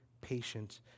patient